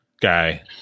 guy